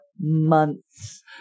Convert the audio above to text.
months